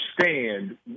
understand